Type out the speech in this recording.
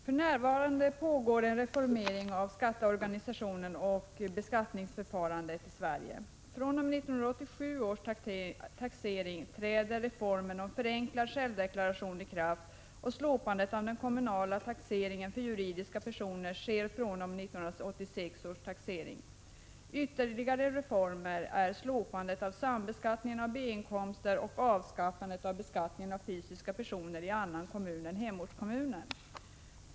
Fru talman! För närvarande pågår en reformering av skatteorganisationen och beskattningsförfarandet i Sverige. Vid 1987 års taxering träder reformen om en förenklad självdeklaration i kraft, och slopandet av den kommunala taxeringen för juridiska personer sker fr.o.m. 1986 års taxering. Ytterligare reformer är slopandet av sambeskattningen av B-inkomster och avskaffandet av beskattningen av fysiska personer i annan kommun än hemortskommunen.